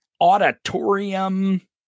auditorium